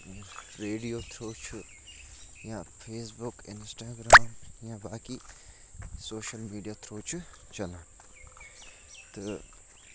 radio through چھُ یا Facebook Instagram یا باقی سوشل میٖڈیا تھروٗ چھُ چلان تہٕ